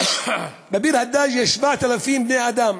בביר-הדאג' יש 7,000 בני-אדם,